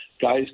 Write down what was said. Guys